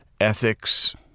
ethics